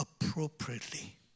appropriately